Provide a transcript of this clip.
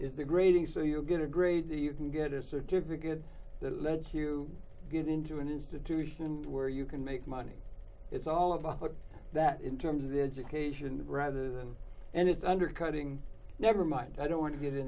the grading so you get a grade the you can get a certificate that lets you get into an institution and where you can make money it's all about put that in terms of education rather than and it's undercutting never mind i don't want to get